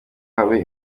habe